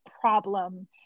problem